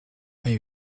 are